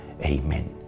Amen